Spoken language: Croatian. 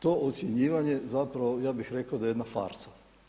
To ocjenjivanje zapravo ja bih rekao da je jedan farsa.